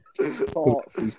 Thoughts